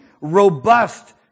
robust